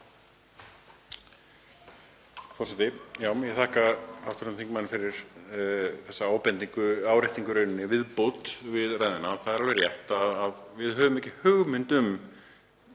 Það er alveg rétt að við höfðum enga hugmynd um